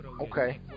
Okay